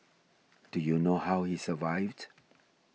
do you know how he survived